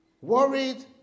Worried